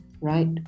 right